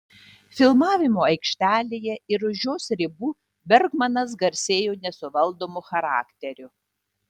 filmavimo aikštelėje ir už jos ribų bergmanas garsėjo nesuvaldomu charakteriu